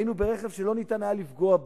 היינו ברכב שלא ניתן היה לפגוע בו.